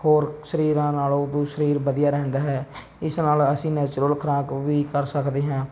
ਹੋਰ ਸਰੀਰਾਂ ਨਾਲੋਂ ਸਰੀਰ ਵਧੀਆ ਰਹਿੰਦਾ ਹੈ ਇਸ ਨਾਲ ਅਸੀਂ ਨੈਚੁਰਲ ਖੁਰਾਕ ਵੀ ਕਰ ਸਕਦੇ ਹਾਂ